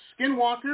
Skinwalker